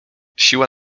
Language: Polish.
siła